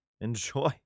Enjoy